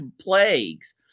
plagues